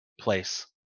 place